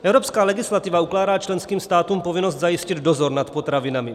Evropská legislativa ukládá členským státům povinnost zajistit dozor nad potravinami.